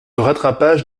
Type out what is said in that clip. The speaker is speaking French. rattrapage